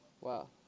Wow